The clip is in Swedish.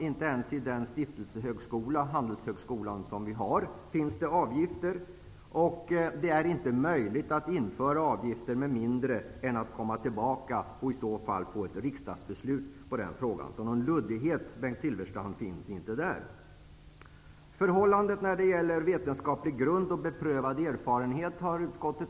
Inte ens i den stiftelsehögskola som vi har, nämligen Handelshögskolan, finns det avgifter. Det är inte möjligt att införa avgifter med mindre än att komma tillbaka och få ett riksdagsbeslut i den frågan. Det finns inte någon luddighet där, Bengt Utskottet har ägnat ganska mycket tid och omsorg åt förhållandena när det gäller vetenskaplig grund och beprövad erfarenhet.